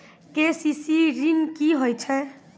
KCC ॠन की होय छै?